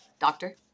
Doctor